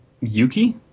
Yuki